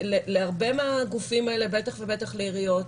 להרבה מהגופים האלה, בטח ובטח לעיריות,